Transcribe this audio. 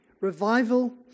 Revival